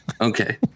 Okay